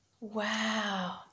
Wow